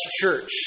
church